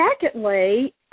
Secondly